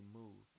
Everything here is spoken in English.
move